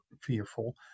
fearful